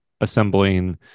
assembling